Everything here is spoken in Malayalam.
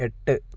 എട്ട്